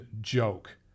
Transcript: joke